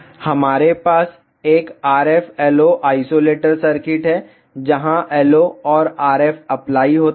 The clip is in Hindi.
हमारे पास एक RF LO आइसोलेटर सर्किट है जहां LO और RF अप्लाई होते हैं